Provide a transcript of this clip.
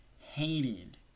hated